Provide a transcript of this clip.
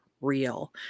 real